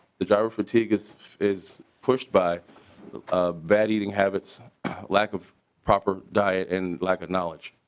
the driver fatigue is is pushed by bad eating habits lack of proper diet and lack of knowledge.